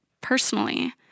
personally